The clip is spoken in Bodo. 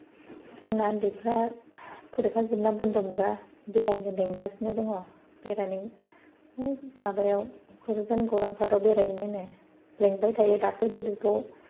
जोंना उन्दैफ्रा फरिखा जोबना बन्द' मोनबा बेरायनो लिंगासिनो दङ बेरायनो माबायाव क'क्राझार गौरां पार्काव बेरायहैनोनो लेंबाय थायो दाख्लैबो बिब'